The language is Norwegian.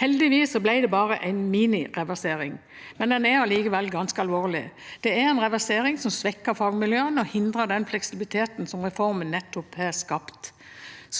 Heldigvis ble det bare en minireversering, men den er allikevel ganske alvorlig. Det er en reversering som svekker fagmiljøene og hindrer den fleksibiliteten som reformen nettopp har skapt.